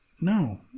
No